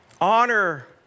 Honor